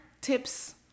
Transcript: tips